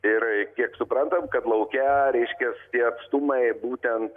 ir kiek suprantam kad lauke reiškia tie atstumai būtent